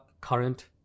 current